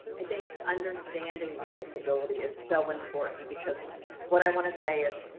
i think understanding my disability is so important, because what i want to say is